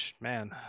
man